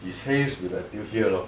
his hairs will until here lor